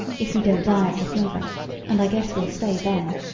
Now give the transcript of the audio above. if we don't die of the fever and i guess we'll stay then.